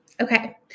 Okay